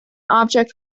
object